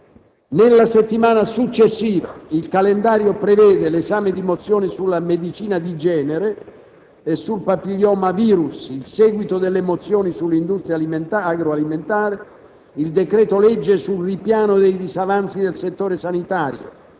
Nella settimana successiva il calendario prevede l'esame di mozioni sulla medicina di genere e sul *papilloma virus*, il seguito delle mozioni sull'industria agro-alimentare, il decreto-legge sul ripiano dei disavanzi nel settore sanitario